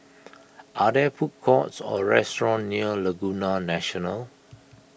are there food courts or restaurants near Laguna National